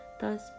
thus